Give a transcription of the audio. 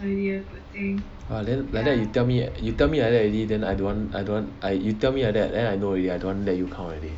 !wah! then like that you tell me you tell me like that already then I don't want I don't want you tell me like that then I know already I don't want let you count already